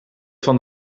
van